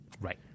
Right